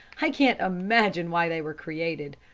i can't imagine why they were created.